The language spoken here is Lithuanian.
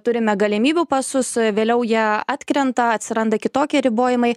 turime galimybių pasus vėliau jie atkrenta atsiranda kitokie ribojimai